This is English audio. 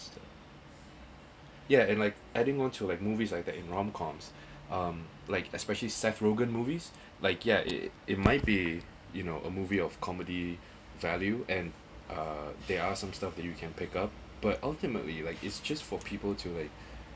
yeah and like I didn't want to like movies like that in rom coms like especially seth rogen movies like yeah it it might be you know a movie of comedy value and uh they're some stuff that you can pick up but ultimately like it's just for people to like